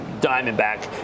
Diamondback